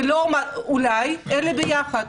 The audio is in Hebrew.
ולא אולי, אלא ביחד.